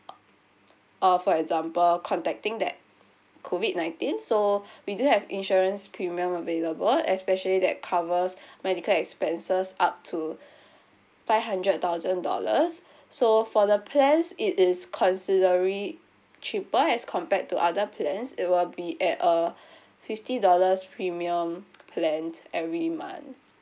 uh for example contacting that COVID nineteen so we do have insurance premium available especially that covers medical expenses up to five hundred thousand dollars so for the plans it is considering cheaper as compared to other plans it will be at a fifty dollars premium plan every month